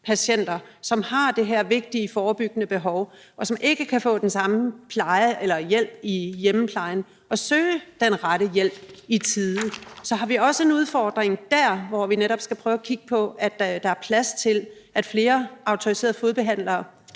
patienter, som har det her vigtige behov for forebyggelse, og som ikke kan få den samme pleje eller hjælp i hjemmeplejen, at søge den rette hjælp i tide. Så har vi ikke også der en udfordring, hvor vi netop skal prøve at kigge på, at der er plads til, at flere autoriserede fodterapeuter